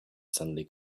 suddenly